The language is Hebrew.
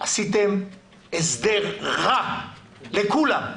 עשיתם הסדר רע לכולם.